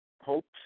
hopes